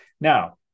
Now